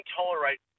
tolerate